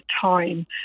time